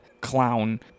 clown